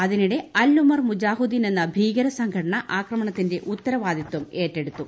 അതിനിടെ അൽ ഉമർ മുജ്ജാഹുദീൻ എന്ന ഭീകരസംഘടന ആക്രമണത്തിന്റെ ഉത്തരവാദിത്തം ഏറ്റെടുത്തു